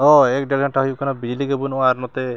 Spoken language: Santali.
ᱦᱳᱭ ᱮᱠ ᱰᱮᱲ ᱜᱷᱚᱱᱴᱟ ᱦᱩᱭᱩᱜ ᱠᱟᱱᱟ ᱵᱤᱡᱽᱞᱤ ᱜᱮ ᱵᱟᱹᱱᱩᱜᱼᱟ ᱟᱨ ᱱᱚᱛᱮ